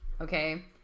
Okay